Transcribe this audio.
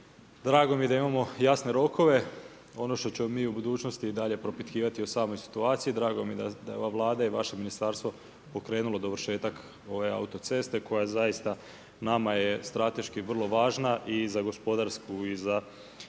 drago mi je da imamo jasne rokove, ono što ćemo mi u budućnosti propitkivati o samoj situaciji, drago mi je da ova Vlada i vaše ministarstvo pokrenulo dovršetak ove autoceste, koja zaista, nama je strateški vrlo važna i za gospodarsku i za